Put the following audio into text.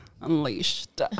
unleashed